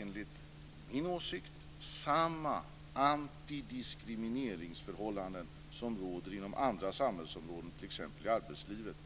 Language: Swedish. Enligt min åsikt ska samma antidiskrimineringsförhållanden gälla som råder inom andra samhällsområden, t.ex. i arbetslivet,